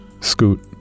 scoot